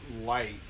light